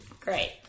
Great